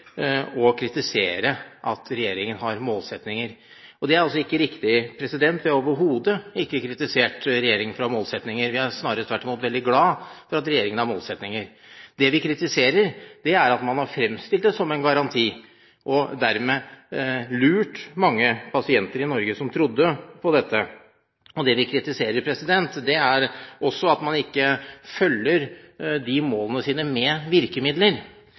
å kritisere at regjeringen har målsettinger. Det er altså ikke riktig. Vi har overhodet ikke kritisert regjeringen for å ha målsettinger. Vi er snarere tvert imot veldig glad for at regjeringen har målsettinger. Det vi kritiserer, er at man har fremstilt det som en garanti og dermed lurt mange pasienter i Norge som trodde på dette. Det vi kritiserer, er at man ikke også følger opp målene sine med virkemidler.